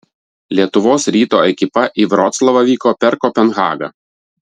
lietuvos ryto ekipa į vroclavą vyko per kopenhagą